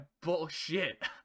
bullshit